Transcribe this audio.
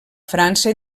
frança